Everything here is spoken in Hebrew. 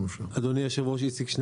אדוני היושב ראש.